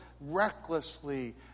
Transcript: recklessly